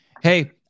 Hey